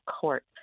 Court